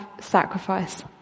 sacrifice